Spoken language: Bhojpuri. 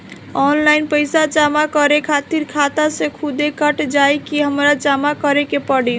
ऑनलाइन पैसा जमा करे खातिर खाता से खुदे कट जाई कि हमरा जमा करें के पड़ी?